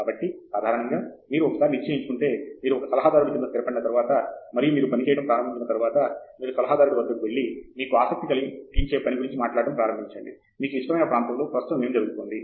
కాబట్టి సాధారణంగా మీరు ఒకసారి నిశ్చయించుకుంటే మీరు ఒక సలహాదారు క్రింద స్థిరపడిన తర్వాత మరియు మీరు పనిచేయడం ప్రారంభించిన తర్వాత మీరు సలహాదారుడి వద్దకు వెళ్లి మీకు ఆసక్తి కలిగించే పని గురించి మాట్లాడటం ప్రారంభించండి మీకు ఇష్టమైన ప్రాంతంలో ప్రస్తుతం ఏమి జరుగుతోంది